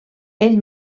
ell